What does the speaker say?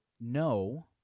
no